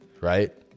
right